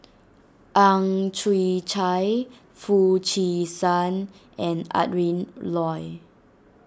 Ang Chwee Chai Foo Chee San and Adrin Loi